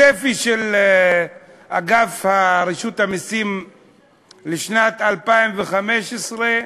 הצפי של רשות המסים לשנת 2015,